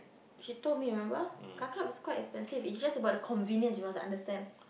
she told me remember car club is quite expensive it's just about the convenience you must understand